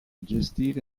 gestire